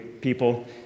people